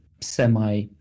semi